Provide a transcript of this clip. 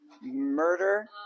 Murder